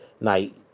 night